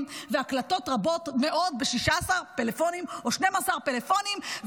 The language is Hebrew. והקלטות רבות מאוד ב-16 פלאפונים או 12 פלאפונים,